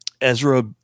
ezra